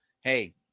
hey